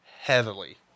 heavily